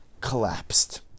collapsed